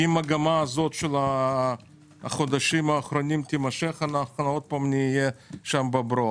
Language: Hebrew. אם המגמה הזאת של החודשים האחרונים תימשך אנחנו עוד פעם נהיה בברוך.